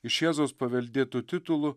iš jėzaus paveldėtų titulų